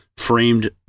Framed